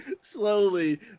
Slowly